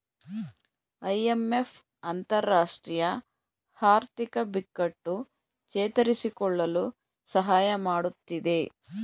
IMF ಅಂತರರಾಷ್ಟ್ರೀಯ ಆರ್ಥಿಕ ಬಿಕ್ಕಟ್ಟು ಚೇತರಿಸಿಕೊಳ್ಳಲು ಸಹಾಯ ಮಾಡತ್ತಿದೆ